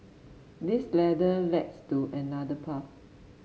this ladder leads to another path